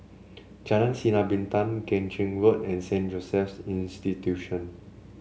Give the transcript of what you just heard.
Jalan Sinar Bintang Keng Chin Road and Saint Joseph's Institution